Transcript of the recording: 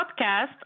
podcast